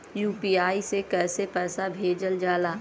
UPI से कइसे पैसा भेजल जाला?